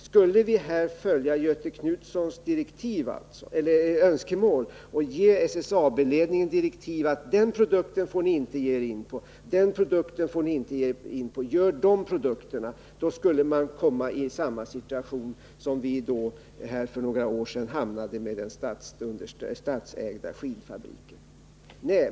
Skulle vi följa Göthe Knutsons önskemål och ge SSAB-ledningen direktiv att den produkten får ni inte ge er in på och den produkten får ni inte heller ge er in på, gör de här produkterna i stället, skulle man råka i samma situation som vi för några år sedan hamnade i med den statsägda skidfabriken.